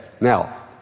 now